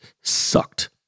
sucked